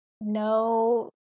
no